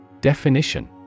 Definition